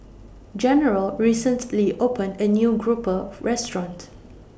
General recently opened A New Grouper Restaurant